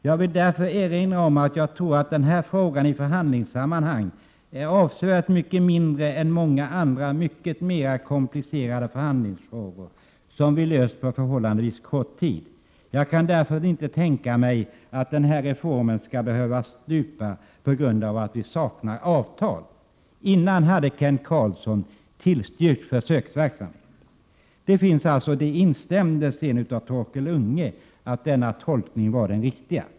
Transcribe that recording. Jag vill därför erinra om att jag tror att den här frågan i förhandlingssammanhang är avsevärt mycket mindre än många andra mycket mera komplicerade förhandlingsfrågor som vi har löst på förhållandevis kort tid. Jag kan därför inte tänka mig att den här reformen skall behöva stupa på grund av att vi saknar avtal.” Före detta inlägg hade Kent Karlsson tillstyrkt försöksverksamhet, och senare instämde Torkel Unge i att denna tolkning var den riktiga.